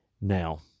Now